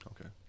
Okay